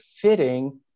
fitting